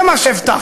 זה מה שהבטחת.